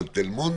על תל מונד,